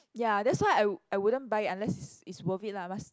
ya that's why I wou~ I wouldn't buy it unless it's it's worth it lah must